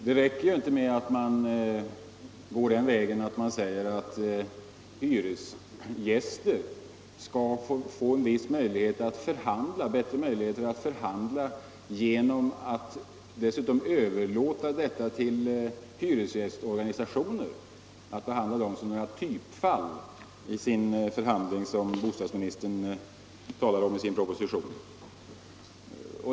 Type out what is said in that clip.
Det räcker inte att man säger att hyresgäster skall få bättre möjlighet att förhandla; det räcker inte att överlåta till hyresgästorganisationen att behandla frågorna som ”typfall” i sina förhandlingar, vilket bostadsministern talar om i propositionen.